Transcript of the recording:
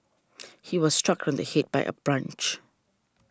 he was struck on the head by a branch